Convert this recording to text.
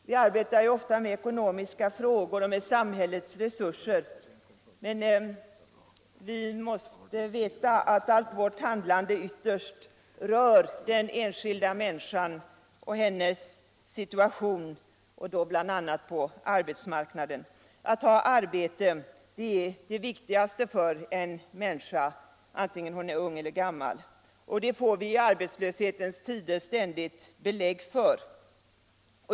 Vi arbetar ofta med ekonomiska frågor och med samhällets resurser, men vi måste veta att allt vårt handlande ytterst rör den enskilda människan och hennes situation — då bl.a. på arbetsmarknaden. Att ha arbete är det viktigaste för en människa, antingen hon är ung eller gammal, och det får vi i arbetslöshetens tider ständigt belägg för.